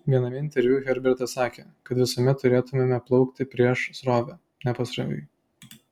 viename interviu herbertas sakė kad visuomet turėtumėme plaukti prieš srovę ne pasroviui